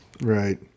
Right